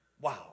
Wow